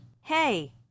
Hey